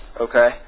Okay